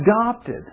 adopted